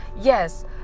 Yes